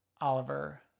Oliver